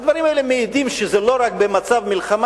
הדברים האלה מעידים שלא רק במצב מלחמה